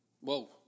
whoa